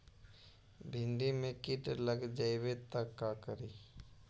भिन्डी मे किट लग जाबे त का करि?